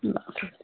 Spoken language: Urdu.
اللہ حافظ